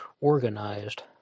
organized